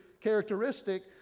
characteristic